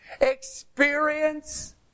experience